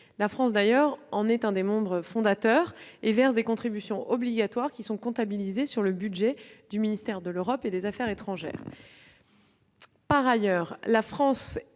La France en est membre fondateur et verse des contributions obligatoires comptabilisées sur le budget du ministère de l'Europe et des affaires étrangères. Par ailleurs, la France et